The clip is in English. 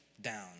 down